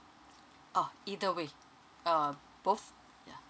oh either with way uh both yeah